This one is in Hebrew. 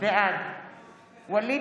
בעד ווליד